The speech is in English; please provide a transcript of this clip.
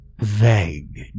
vague